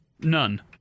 None